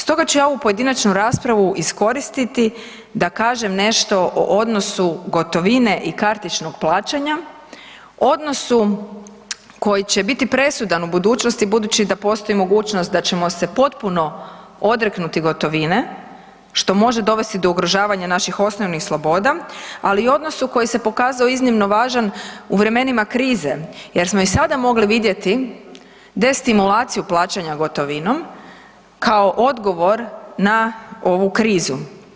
Stoga ću ja ovu pojedinačnu raspravu iskoristiti da kažem nešto o odnosu gotovine i kartičnog plaćanja, odnosu koji će biti presudan u budućnosti budući da postoji mogućnost da ćemo se potpuno odreknuti gotovine, što može dovesti do ugrožavanja naših osnovnih sloboda, ali i odnosu koji se pokazao iznimno važan u vremenima krize jer smo i sada mogli vidjeti destimulaciju plaćanja gotovinom kao odgovor na ovu krizu.